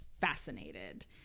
fascinated